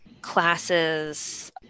classes